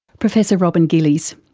professor robyn gillies.